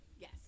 Yes